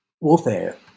warfare